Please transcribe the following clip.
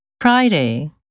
Friday